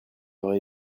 aurait